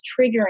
triggering